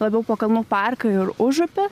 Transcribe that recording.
labiau po kalnų parką ir užupį